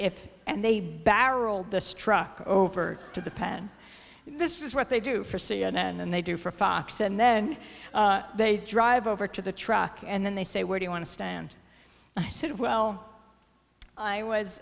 if and they barrel the struck over to the pen this is what they do for c n n than they do for fox and then they drive over to the truck and then they say where do you want to stand and i said well i was